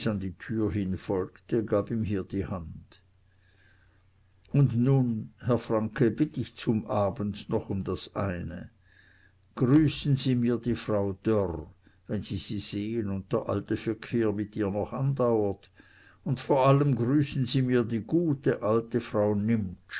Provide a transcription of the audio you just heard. die tür hin folgte gab ihm hier die hand und nun herr franke bitt ich zum abschied noch um das eine grüßen sie mir die frau dörr wenn sie sie sehn und der alte verkehr mit ihr noch andauert und vor allem grüßen sie mir die gute alte frau